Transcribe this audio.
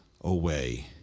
away